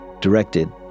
directed